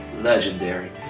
legendary